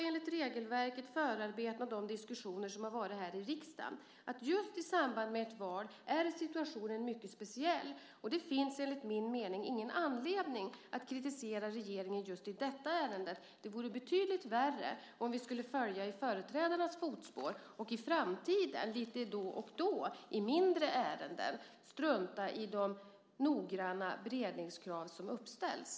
Enligt regelverket, förarbetet och de diskussioner som har varit här i riksdagen är situationen mycket speciell just i samband med ett val. Det finns enligt min mening ingen anledning att kritisera regeringen just i detta ärende. Det vore betydligt värre om vi följde i företrädarnas fotspår och i framtiden lite då och då i mindre ärenden struntade i de noggranna beredningskrav som uppställs.